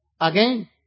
Again